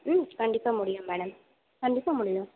ம் கண்டிப்பாக முடியும் மேடம் கண்டிப்பாக முடியும்